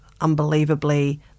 unbelievably